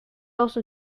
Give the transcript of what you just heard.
also